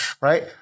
right